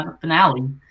finale